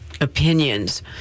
opinions